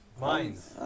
mines